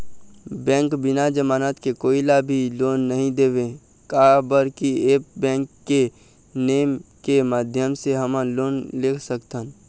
Bank बिना जमानत के कोई ला भी लोन नहीं देवे का बर की ऐप बैंक के नेम के माध्यम से हमन लोन ले सकथन?